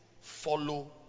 follow